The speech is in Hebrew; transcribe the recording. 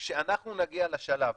כשאנחנו נגיע לשלב